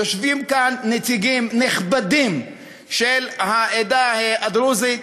יושבים כאן נציגים נכבדים של העדה הדרוזית,